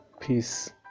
peace